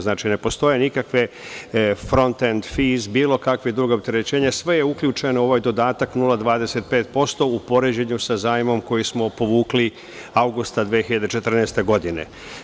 Znači, ne postoje nikakve fronten, fiz, bilo kakva druga opterećenja, sve je uključeno u ovaj dodatak 0,25%, u poređenju sa zajmom koji smo povukli avgusta 2014. godine.